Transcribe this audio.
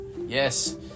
yes